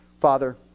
Father